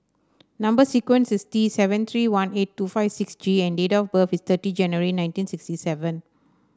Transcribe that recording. number sequence is T seven three one eight two five six G and date of birth is thirty January nineteen sixty seven